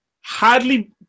hardly